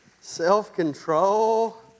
self-control